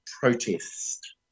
protest